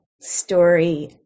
story